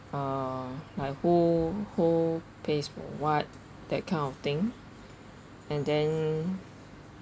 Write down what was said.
uh like who who pays for what that kind of thing and then